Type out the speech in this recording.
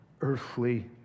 earthly